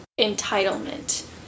entitlement